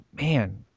man